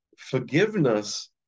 Forgiveness